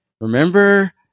remember